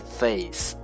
face